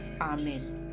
Amen